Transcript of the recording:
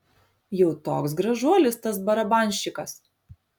jau toks gražuolis tas barabanščikas